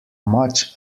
much